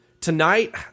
tonight